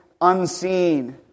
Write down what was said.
unseen